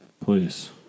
please